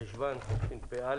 ב' חשוון תשפ"א.